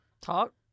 Talk